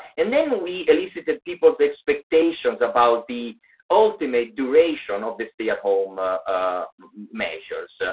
and then we elicited people's expectations about the ultimate duration of the stay-at-home measures.